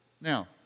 Now